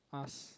ask